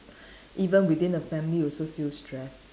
even within the family you also feel stress